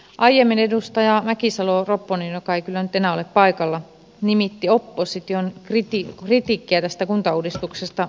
aiemmin edustaja mäkisalo ropponen joka ei kyllä nyt enää ole paikalla nimitti opposition kritiikkiä tästä kuntauudistuksesta sabotoinniksi